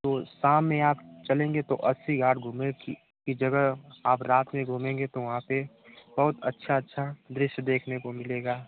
तो शाम में आप चलेंगे तो अस्सी घाट घूमे कि कि जगह आप रात में घूमेंगे तो वहाँ पर बहुत अच्छा अच्छा दृश्य देखने को मिलेगा